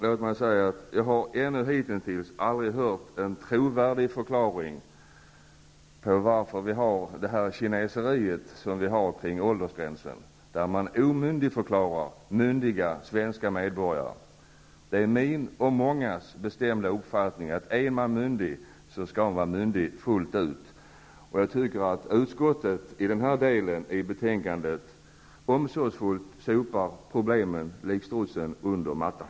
Låt mig säga att jag ännu aldrig har hört en trovärdig förklaring till att vi har det kineseri som vi har kring åldersgränsen och som innebär att man omyndigförklarar myndiga svenska medborgare. Det är min och mångas bestämda uppfattning att är man myndig skall man vara myndig fullt ut. Jag tycker att utskottet i den här delen av betänkandet omsorgsfullt sopar problemen under mattan.